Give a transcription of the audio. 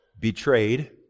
Betrayed